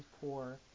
poor